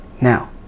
Now